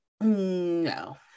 No